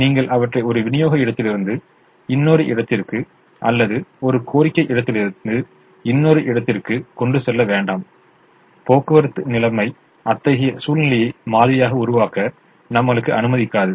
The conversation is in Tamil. நீங்கள் அவற்றை ஒரு விநியோக இடத்திலிருந்து இன்னொரு இடத்திற்கு அல்லது ஒரு கோரிக்கை இடத்திலிருந்து இன்னொரு இடத்திற்கு கொண்டு செல்ல வேண்டாம் போக்குவரத்து நிலைமை அத்தகைய சூழ்நிலையை மாதிரியாக உருவாக்க நம்மளுக்கு அனுமதிக்காது